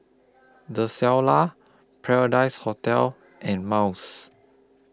The Shilla Paradise Hotel and Miles